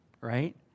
Right